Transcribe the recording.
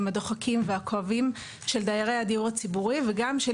הדוחקים והכואבים של דיירי הדיור הציבורי וגם של